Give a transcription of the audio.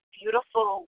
beautiful